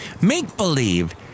Make-believe